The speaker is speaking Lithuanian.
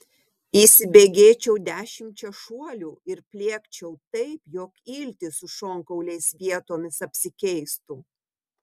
įsibėgėčiau dešimčia šuolių ir pliekčiau taip jog iltys su šonkauliais vietomis apsikeistų